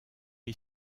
est